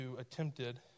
attempted